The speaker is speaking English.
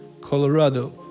Colorado